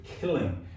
killing